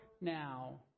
now